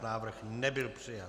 Návrh nebyl přijat.